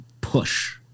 push